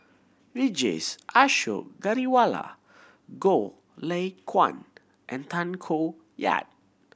Vijesh Ashok Ghariwala Goh Lay Kuan and Tay Koh Yat